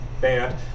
band